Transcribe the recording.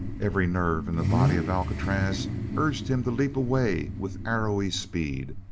every nerve in the body of alcatraz urged him to leap away with arrowy speed,